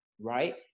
right